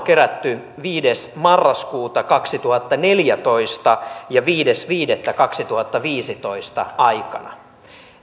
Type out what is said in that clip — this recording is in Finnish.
kerätty viides yhdettätoista kaksituhattaneljätoista ja viides viidettä kaksituhattaviisitoista välisenä aikana